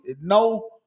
No